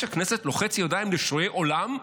הכנסת לוחץ ידיים לשועי עולם מדהים.